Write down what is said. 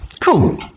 Cool